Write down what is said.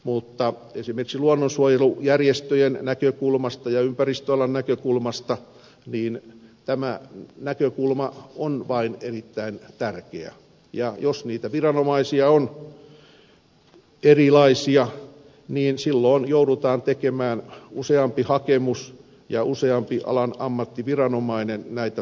mutta esimerkiksi luonnonsuojelujärjestöjen näkökulmasta ja ympäristöalan näkökulmasta tämä näkökulma vain on erittäin tärkeä ja jos niitä viranomaisia on erilaisia niin silloin joudutaan tekemään useampi hakemus ja useampi alan ammattiviranomainen näitä käytännössä tarkastelee